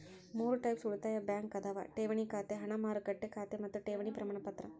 ಮೂರ್ ಟೈಪ್ಸ್ ಉಳಿತಾಯ ಬ್ಯಾಂಕ್ ಅದಾವ ಠೇವಣಿ ಖಾತೆ ಹಣ ಮಾರುಕಟ್ಟೆ ಖಾತೆ ಮತ್ತ ಠೇವಣಿ ಪ್ರಮಾಣಪತ್ರ